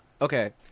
Okay